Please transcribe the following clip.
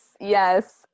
Yes